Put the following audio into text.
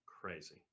crazy